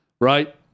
Right